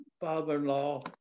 father-in-law